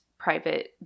private